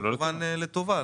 מכוון לטובה.